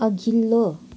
अघिल्लो